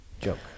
Joke